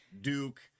Duke